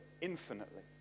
infinitely